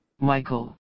Michael